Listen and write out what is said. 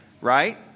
right